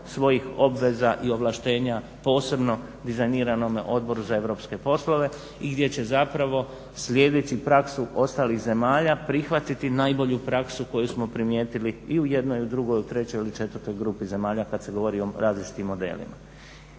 svojih obveza i ovlaštenja posebno dizajniranome Odboru za europske poslove i gdje će zapravo slijedeći praksu ostalih zemalja prihvatiti najbolju praksu koju smo primijetili u jednoj, drugoj, trećoj ili četvrtoj grupi zemalja kad se govori o različitim modelima.